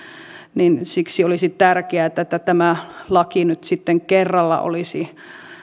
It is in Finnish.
niin siksi olisi tärkeää että että tämä laki nyt sitten kerralla olisi